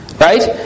right